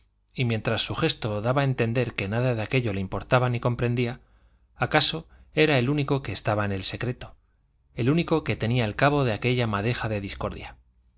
y mientras su gesto daba a entender que nada de aquello le importaba ni comprendía acaso era el único que estaba en el secreto el único que tenía el cabo de aquella madeja de discordia